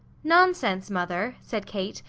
nonsense, mother, said kate.